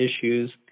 issues